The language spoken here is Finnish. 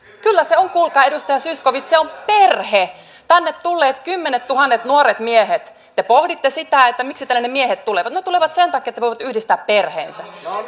kyllä se on kuulkaa edustaja zyskowicz perhe tänne tulleet kymmenettuhannet nuoret miehet te pohditte sitä miksi tänne ne miehet tulevat no he tulevat sen takia että voivat yhdistää perheensä